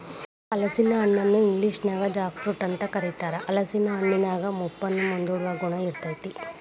ಹಲಸಿನ ಹಣ್ಣನ ಇಂಗ್ಲೇಷನ್ಯಾಗ ಜಾಕ್ ಫ್ರೂಟ್ ಅಂತ ಕರೇತಾರ, ಹಲೇಸಿನ ಹಣ್ಣಿನ್ಯಾಗ ಮುಪ್ಪನ್ನ ಮುಂದೂಡುವ ಗುಣ ಇರ್ತೇತಿ